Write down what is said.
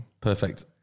Perfect